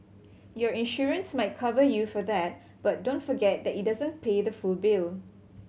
your insurance might cover you for that but don't forget that it doesn't pay the full bill